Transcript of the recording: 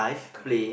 correct